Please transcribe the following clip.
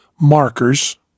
markers